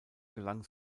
gelang